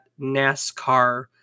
NASCAR